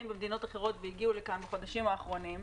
במדינות אחרות והגיעו לכאן בחודשים האחרונים.